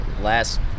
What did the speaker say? last